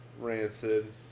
rancid